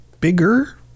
bigger